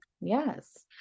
yes